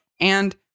And-